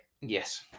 yes